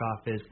office